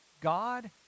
God